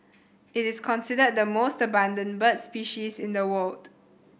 it is considered the most abundant bird species in the world